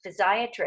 physiatrist